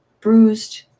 Bruised